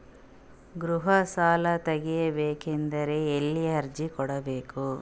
ಗೃಹ ಸಾಲಾ ತಗಿ ಬೇಕಾದರ ಎಲ್ಲಿ ಅರ್ಜಿ ಕೊಡಬೇಕು?